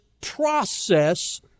process